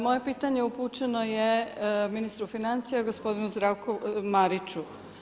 Moje pitanje upućeno je ministru financija, gospodinu Zdravku Mariću.